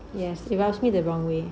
yes if you ask me the wrong way